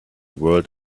world